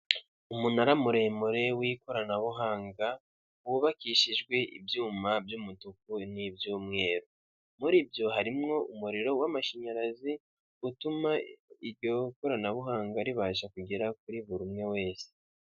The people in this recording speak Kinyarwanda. Umunara muremure w'ikoranabuhanga wubakishijwe ibyuma by'umutuku n'iby'umweru, muri byo harimwo umuriro w'amashanyarazi utuma iryo koranabuhanga ribasha kugera kuri buri umwe wese.